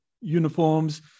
uniforms